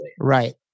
Right